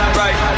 right